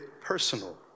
personal